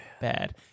Bad